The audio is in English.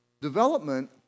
Development